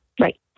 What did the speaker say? Right